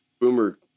boomer